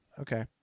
Okay